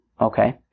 Okay